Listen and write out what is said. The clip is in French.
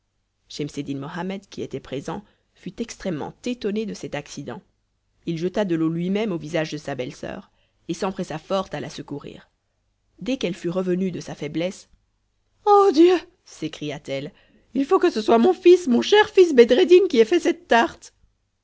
mohammed qui était présent fut extrêmement étonné de cet accident il jeta de l'eau lui-même au visage de sa belle-soeur et s'empressa fort à la secourir dès qu'elle fut revenue de sa faiblesse ô dieu s'écria-t-elle il faut que ce soit mon fils mon cher fils bedreddin qui ait fait cette tarte